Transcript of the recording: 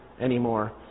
anymore